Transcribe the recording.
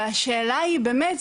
והשאלה היא באמת,